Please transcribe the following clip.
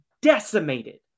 decimated